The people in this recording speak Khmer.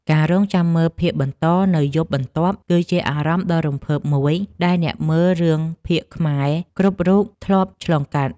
ការរង់ចាំមើលភាគបន្តនៅយប់បន្ទាប់ គឺជាអារម្មណ៍ដ៏រំភើបមួយដែលអ្នកមើលរឿងភាគខ្មែរគ្រប់រូបធ្លាប់ឆ្លងកាត់។